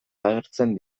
agertzen